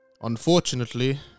unfortunately